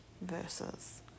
versus